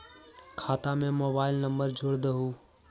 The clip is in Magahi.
खाता में मोबाइल नंबर जोड़ दहु?